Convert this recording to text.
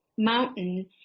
mountain